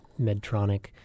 Medtronic